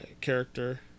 character